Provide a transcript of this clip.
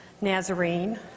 Nazarene